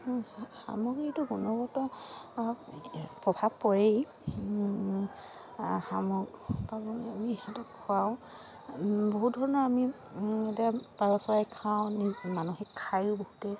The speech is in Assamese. সামগ্ৰীটো গুণগত প্ৰভাৱ পৰেই পালন আমি সিহঁতক খুৱাওঁ বহুত ধৰণৰ আমি এতিয়া পাৰ চৰাই খাওঁ মানুহে খায়ো বহুতেই